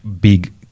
Big